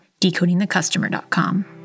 decodingthecustomer.com